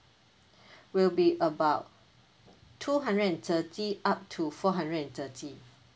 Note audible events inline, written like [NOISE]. [BREATH] will be about two hundred and thirty up to four hundred and thirty